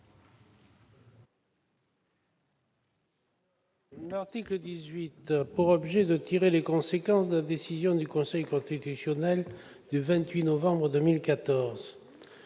a pour objet de tirer les conséquences de la décision du Conseil constitutionnel du 28 novembre 2014